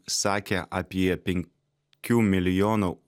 sakė apie penkių milijonų